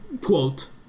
quote